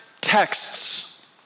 texts